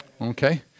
Okay